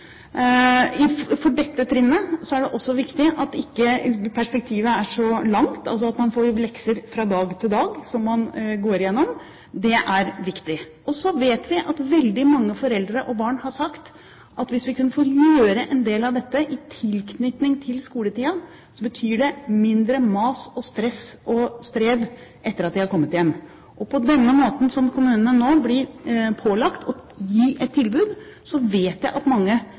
For dette trinnet er det også viktig at ikke perspektivet er så langt, at man altså får lekser fra dag til dag, som man går igjennom. Det er viktig. Så vet vi at veldig mange foreldre og barn har sagt at hvis de kunne få gjøre en del av dette i tilknytning til skoletiden, ville det bety mindre mas, stress og strev etter at de har kommet hjem. På den måten som kommunene nå blir pålagt å gi et tilbud, vet jeg at mange